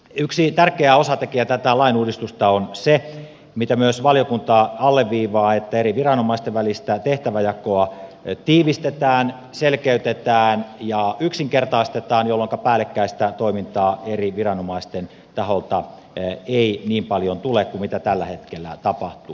yksi tärkeä osatekijä tätä lainuudistusta on se mitä myös valiokunta alleviivaa että eri viranomaisten välistä tehtävänjakoa tiivistetään selkeytetään ja yksinkertaistetaan jolloinka päällekkäistä toimintaa eri viranomaisten taholta ei niin paljon tule kuin mitä tällä hetkellä tapahtuu